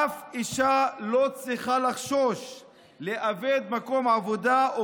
אף אישה לא צריכה לחשוש לאבד מקום עבודה או